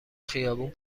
خیابون